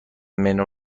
منو